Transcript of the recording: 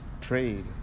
trade